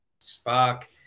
spark